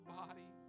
body